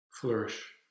flourish